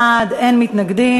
בעד, 25, אין מתנגדים.